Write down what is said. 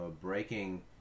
breaking